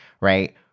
right